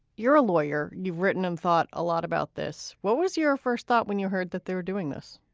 you're a lawyer. you've written and thought a lot about this. what was your first thought when you heard that they were doing this?